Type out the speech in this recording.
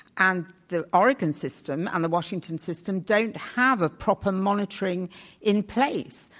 and the oregon system and the washington system don't have a proper monitoring in place.